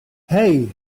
hey